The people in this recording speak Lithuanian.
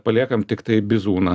paliekam tiktai bizūną